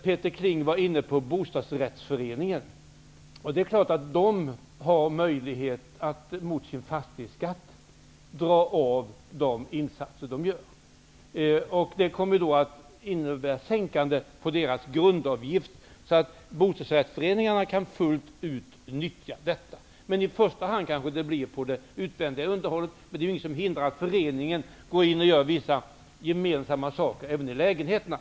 Peter Kling talade om bostadsrättsföreningar, och det är klart att de har möjlighet att mot sin fastighetsskatt dra av för de insatser som de gör. Det kommer då att inverka på grundavgiften, så bostadsrättsföreningar kan fullt ut utnyttja avdragsrätten. I första hand kanske det blir för det utvändiga underhållet, men ingenting hindrar att föreningen gör vissa gemensamma saker även i lägenheterna.